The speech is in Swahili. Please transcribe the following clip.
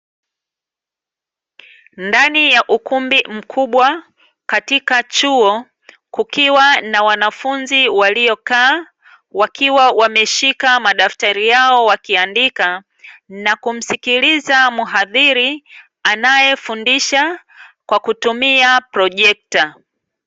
Ndani ya ukumbi mkubwa katika chuo, kukiwa na wanafunzi waliokaa wakiwa wameshika madaftari yao wakiandika na kumsikiliza mhadhiri anayefundisha kwa kutumia projekta.